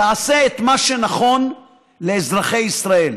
תעשה את מה שנכון לאזרחי ישראל,